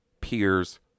peers